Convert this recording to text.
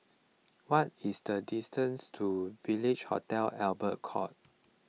what is the distance to Village Hotel Albert Court